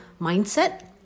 mindset